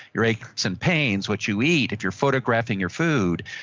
your aches so and pains, what you eat, if you're photographing your food,